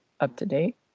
up-to-date